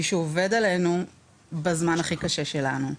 מישהו עובד עלינו בזמן הכי קשה שלנו.